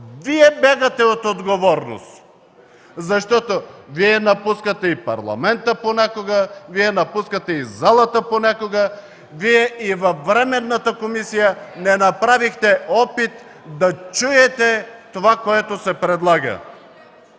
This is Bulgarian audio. Вие бягате от отговорност, защото Вие напускате и Парламента понякога, Вие напускате и залата понякога, Вие и във временната комисия не направихте опит да чуете това, което се предлага.